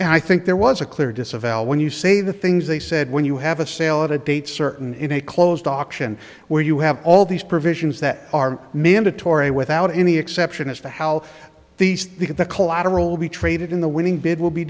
and i think there was a clear disavowal when you say the things they said when you have a sale at a date certain in a closed auction where you have all these provisions that are mandatory without any exception as to how these things the collateral will be traded in the winning bid will be